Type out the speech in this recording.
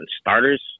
starters